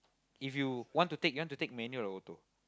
if you want to take you want to take manual or auto